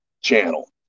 channel